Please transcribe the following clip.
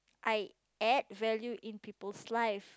I add value in people's life